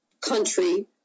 country